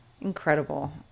Incredible